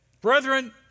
Brethren